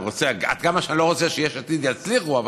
עד כמה שאני לא רוצה שיש עתיד יצליחו,